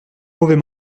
mauvais